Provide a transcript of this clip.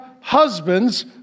husbands